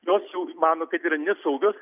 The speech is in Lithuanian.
jos mano kad yra nesaugios